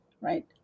right